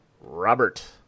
Robert